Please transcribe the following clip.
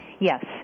Yes